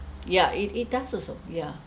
yeah it it does also yeah